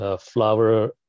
flower